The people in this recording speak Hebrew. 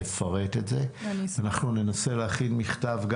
לפרט את זה ואנחנו ננסה להכין מכתב.